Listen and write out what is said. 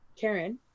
Karen